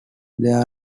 there